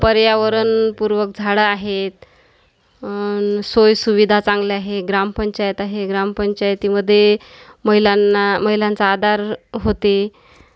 पर्यावरणपूर्वक झाडं आहेत सोयसुविधा चांगल्या आहे ग्रामपंचायत आहे ग्रामपंचायतीमध्ये महिलांना महिलांचा आधार होते